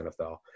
NFL